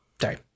sorry